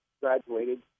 graduated